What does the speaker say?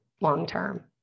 long-term